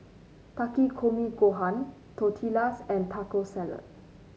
Takikomi Gohan Tortillas and Taco Salad